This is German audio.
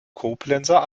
koblenzer